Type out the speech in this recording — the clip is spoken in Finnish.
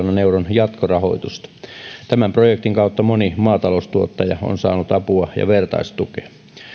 jatkorahoitusta tämän projektin kautta moni maataloustuottaja on saanut apua ja vertaistukea